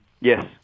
yes